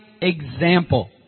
example